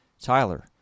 Tyler